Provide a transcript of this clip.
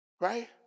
Right